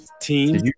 Team